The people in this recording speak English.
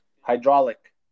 Hydraulic